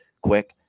Quick